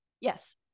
Yes